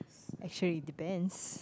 actually it depends